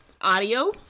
audio